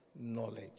Knowledge